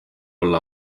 olla